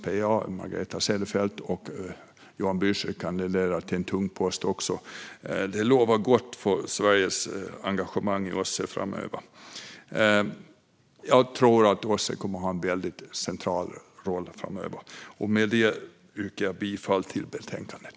Jag, Margareta Cederfelt och Johan Büser kandiderar också till en tung post. Det lovar gott för Sveriges engagemang i OSSE, och jag tror att OSSE kommer att ha en central roll framöver. Med det yrkar jag bifall till förslaget i betänkandet.